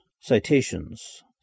Citations